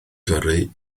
gyrru